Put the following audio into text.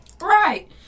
Right